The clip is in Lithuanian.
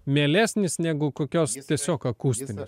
mielesnis negu kokios tiesiog akustinės